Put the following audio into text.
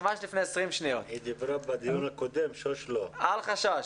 אל חשש.